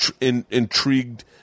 intrigued